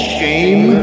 Shame